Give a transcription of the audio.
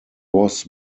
was